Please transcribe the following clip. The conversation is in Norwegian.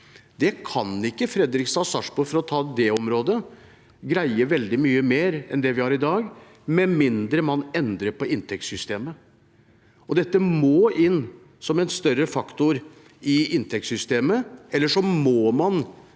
Det kan ikke Fredrikstad og Sarpsborg, for å ta det området, greie veldig mye mer av enn det vi gjør i dag, med mindre man endrer på inntektssystemet. Dette må inn som en større faktor i inntektssystemet, eller så må man